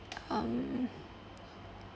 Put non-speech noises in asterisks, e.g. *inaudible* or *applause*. *noise* um